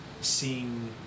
seeing